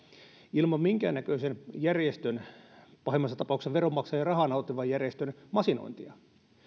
ilman minkäännäköisen järjestön pahimmassa tapauksessa veronmaksajien rahaa nauttivan järjestön masinointia